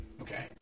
Okay